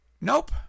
Nope